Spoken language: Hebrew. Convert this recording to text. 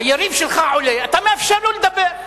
היריב שלך עולה, אתה מאפשר לו לדבר.